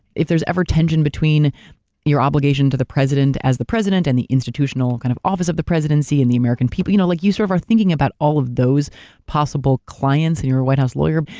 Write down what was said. if there's any tension between your obligation to the president as the president and the institutional kind of office of the presidency and the american people. you know like you sort of are thinking about all of those possible clients and you're a white house lawyer.